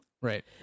Right